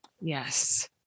Yes